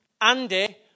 Andy